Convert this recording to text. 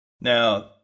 Now